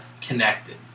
connected